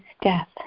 death